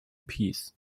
peace